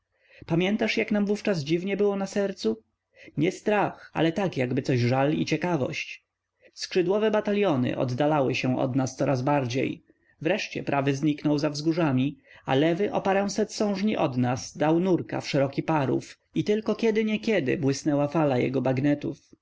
pamiętasz jak nam wówczas dziwnie było na sercu nie strach ale tak coś jakby żal i ciekawość skrzydłowe bataliony oddalały się od nas coraz bardziej wreszcie prawy zniknął za wzgórzami a lewy o paręset sążni od nas dał nurka w szeroki parów i tylko kiedyniekiedy błysnęła fala jego